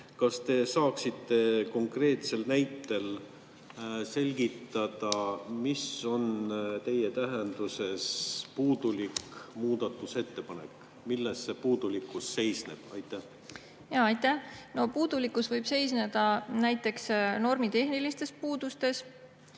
Kas te saaksite konkreetsel näitel selgitada, mis on teie [arusaama kohaselt] puudulik muudatusettepanek? Milles see puudulikkus seisneb? Aitäh! Puudulikkus võib seisneda näiteks normitehnilistes puudustes.